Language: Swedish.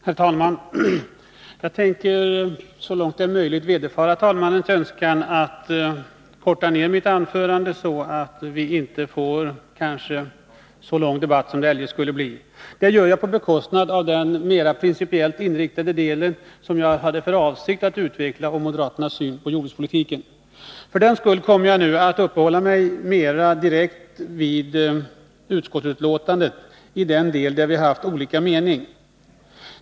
Herr talman! Jag tänker så långt det är möjligt vederfara talmannens önskan och korta ned mitt anförande, så att vi inte får en så lång debatt som det eljest skulle ha blivit. Det gör jag på bekostnad av den mera principiellt inriktade delen, som jag hade för avsikt att utveckla, och moderaternas syn på jordbrukspolitiken. För den skull kommer jag nu att uppehålla mig mera direkt vid utskottsbetänkandet i den del där vi haft olika meningar.